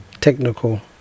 technical